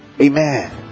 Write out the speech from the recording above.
Amen